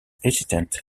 hesitant